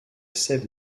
sève